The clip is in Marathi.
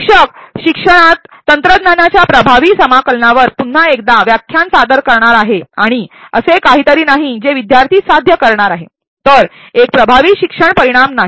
शिक्षक शिक्षणात तंत्रज्ञानाच्या प्रभावी समाकलनावर पुन्हा एकदा व्याख्यान सादर करणार आहे आणि असे काहीतरी नाही जे विद्यार्थी साध्य करणार आहे तर एक प्रभावी शिक्षण परिणाम नाही